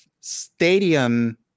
stadium